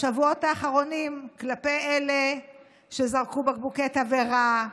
בשבועות האחרונים, כלפי אלה שזרקו בקבוקי תבערה,